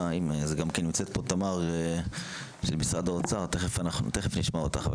נמצאת פה תמר ממשרד האוצר, תיכף נשמע אותך.